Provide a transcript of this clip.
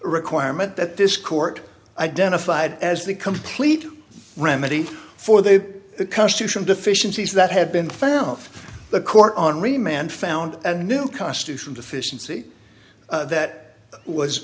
requirement that this court identified as the complete remedy for the constitution deficiencies that have been found the court on remand found a new constitution deficiency that was